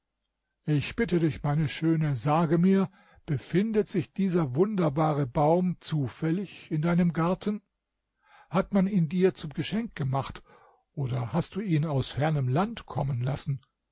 ich bitte dich meine schöne sage mir befindet sich dieser wunderbare baum zufällig in deinem garten hat man ihn dir zum geschenk gemacht oder hast du ihn aus fernem land kommen lassen